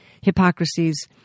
hypocrisies